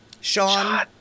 Sean